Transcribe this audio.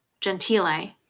Gentile